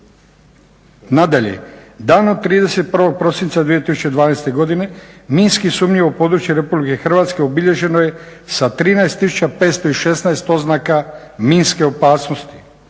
Nadalje, dana 31.12.2012. minski sumnjivo područje Republike Hrvatske obilježeno je sa 13516 oznaka minske opasnosti.